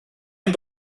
ein